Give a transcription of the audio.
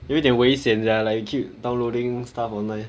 有一点危险 sia like keep downloading stuff online